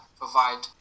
provide